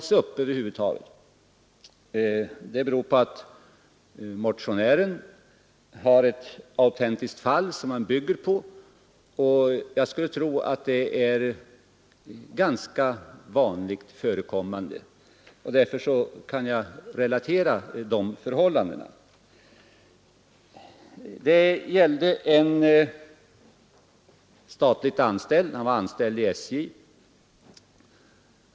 Att denna fråga över huvud har tagits upp beror på att motionären känner till ett autentiskt fall som han bygger på. Jag skulle tro att sådana fall är ganska vanligt förekommande, och därför skall jag relatera de faktiska förhållandena. Det gällde en statsanställd — han var anställd vid SJ.